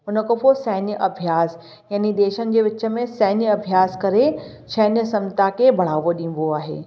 हुन खां पोइ सैन्य अभ्यास यानि देशनि जे विच में सैन्य अभ्यास करे सैन्य क्षमता खे बढ़ावो ॾिबो आहे